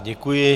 Děkuji.